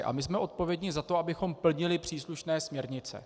A my jsme odpovědní za to, abychom plnili příslušné směrnice.